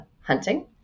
hunting